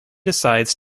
decides